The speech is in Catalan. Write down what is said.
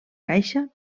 caixa